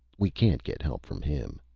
we can't get help from him!